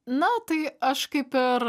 na tai aš kaip ir